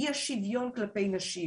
אי השוויון כלפי נשים